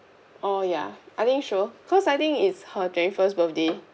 oh ya I think so cause I think it's her twenty first birthday